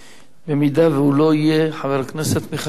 אם הוא לא יהיה, חבר הכנסת מיכאל בן-ארי.